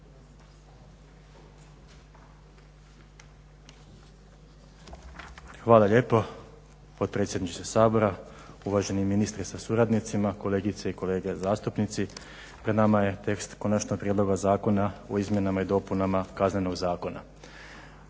Hvala lijepo. Potpredsjedniče Sabora, uvaženi ministre sa suradnicima, kolegice i kolege zastupnici. Pred nama je tekst Konačnog prijedloga zakona o izmjenama i dopunama Kaznenog zakona.